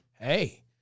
hey